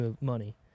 money